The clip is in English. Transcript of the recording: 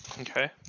okay